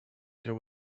there